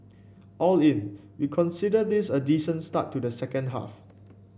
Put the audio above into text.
all in we consider this a decent start to the second half